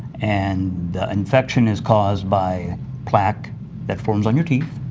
and infection is caused by plaque that forms on your teeth,